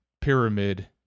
pyramid